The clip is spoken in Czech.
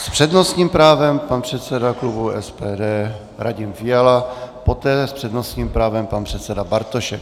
S přednostním právem předseda klubu SPD Radim Fiala, poté s přednostním právem předseda Bartošek.